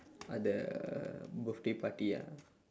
uh the birthday party ah